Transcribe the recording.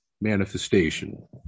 manifestation